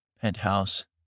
penthouse